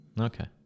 Okay